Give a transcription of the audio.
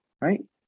right